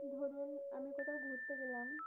ধরুন আমি কোথাও ঘুরতে গেলাম